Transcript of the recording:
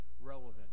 relevant